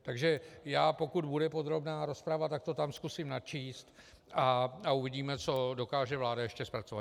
Takže pokud bude podrobná rozprava, tak to tam zkusím načíst a uvidíme, co dokáže vláda ještě zpracovat.